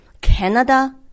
Canada